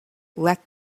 let